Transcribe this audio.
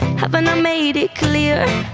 haven't i made it clear?